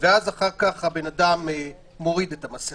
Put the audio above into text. ואז האדם מוריד את המסכה.